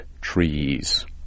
trees